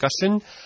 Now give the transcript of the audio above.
discussion